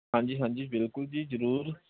ਹਾਂਜੀ ਹਾਂਜੀ ਬਿਲਕੁਲ ਜੀ ਜ਼ਰੂਰ